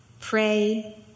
pray